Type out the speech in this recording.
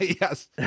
Yes